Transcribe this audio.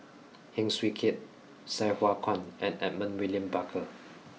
Heng Swee Keat Sai Hua Kuan and Edmund William Barker